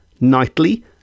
nightly